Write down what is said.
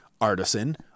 Artisan